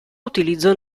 utilizzo